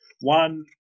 one